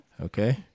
Okay